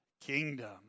kingdom